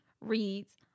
reads